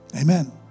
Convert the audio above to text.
Amen